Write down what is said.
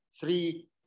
three